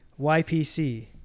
YPC